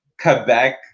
Quebec